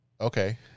Okay